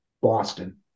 Boston